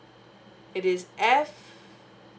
it is f